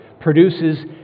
produces